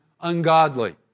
ungodly